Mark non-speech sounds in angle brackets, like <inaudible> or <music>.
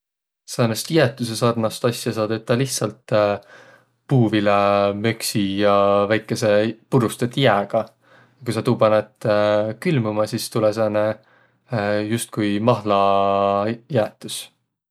Säänest jäätüse sarnast asja saa tetäq lihtsält puuvilämöksi ja väikese purustõt jääga. Ku sa tuu panõt külmuma, sis tulõ sääne <hesitation> justkui mahlajäätis.